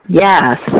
yes